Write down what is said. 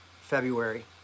February